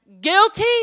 Guilty